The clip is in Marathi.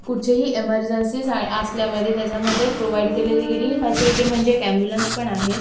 कुठचेही एमरजेंसीज आहे असल्यामुळे ते त्याच्यामध्ये प्रोवाइड केलेली गेलेली ही फॅसिलिटी म्हणजे एक ॲम्ब्युलन्स पण आहे